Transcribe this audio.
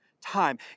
time